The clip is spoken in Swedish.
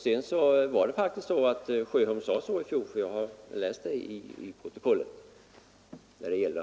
Sedan sade faktiskt herr Sjöholm i fjol detta om flaggan på halv stång. Det har jag